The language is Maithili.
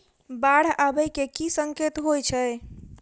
बाढ़ आबै केँ की संकेत होइ छै?